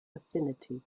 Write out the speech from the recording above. affinity